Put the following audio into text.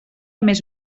més